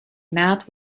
mouth